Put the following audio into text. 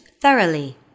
thoroughly